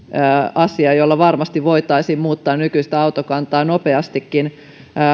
asia jolla varmasti voitaisiin muuttaa nykyistä autokantaa nopeastikin